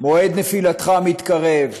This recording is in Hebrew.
מועד נפילתך מתקרב.